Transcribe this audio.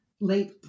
late